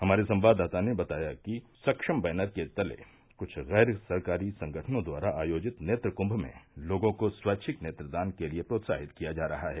हमारे संवाददाता ने बताया है कि सक्षम बैनर के तले कुछ गैर सरकारी संगठनों द्वारा आयोजित नेत्र कूंभ में लोगों को स्वैच्छिक नेत्रदान के लिए प्रोत्साहित किया जा रहा है